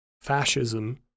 fascism